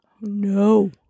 No